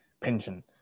pension